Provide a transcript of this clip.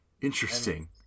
interesting